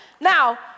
Now